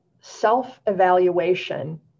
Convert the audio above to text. self-evaluation